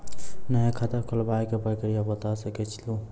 नया खाता खुलवाए के प्रक्रिया बता सके लू?